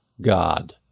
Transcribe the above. God